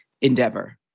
endeavor